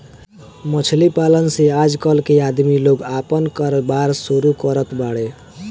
मछली पालन से आजकल के आदमी लोग आपन कारोबार शुरू करत बाड़े